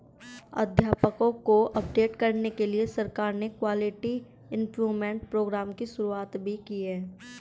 अध्यापकों को अपडेट करने के लिए सरकार ने क्वालिटी इम्प्रूव्मन्ट प्रोग्राम की शुरुआत भी की है